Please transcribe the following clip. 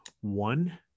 one